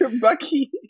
Bucky